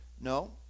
No